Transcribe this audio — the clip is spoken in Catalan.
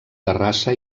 terrassa